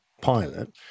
pilot